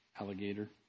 alligator